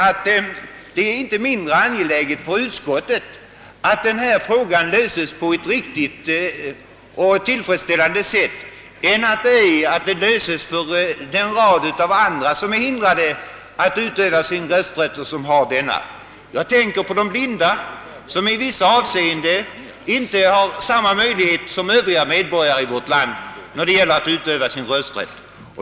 Det är inte mindre angeläget för utskottet att denna fråga ordnas på ett riktigt och tillfredsställande sätt än det är att motsvarande problem löses för den rad av andra som är hindrade att utöva den rösträtt som de ändå har. Jag tänker på de blinda, som i vissa avseenden inte har samma möjlighet som andra medborgare i vårt land att utöva sin rösträtt.